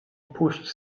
pójść